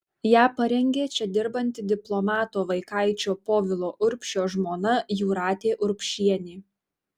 ją parengė čia dirbanti diplomato vaikaičio povilo urbšio žmona jūratė urbšienė